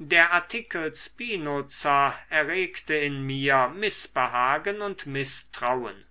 der artikel spinoza erregte in mir mißbehagen und mißtrauen